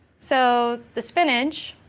so the spinach,